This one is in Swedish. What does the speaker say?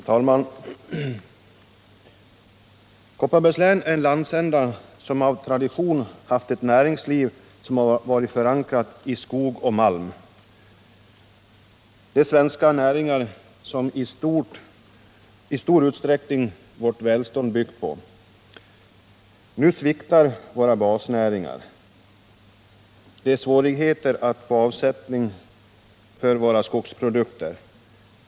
Herr talman! Kopparbergs län är en landsända vars näringsliv av tradition har varit förankrat i skog och malm, de svenska näringar som i stor utsträckning vårt välstånd byggt på. Nu sviktar våra basnäringar. Det är svårt att få avsättning för våra skogsprodukter.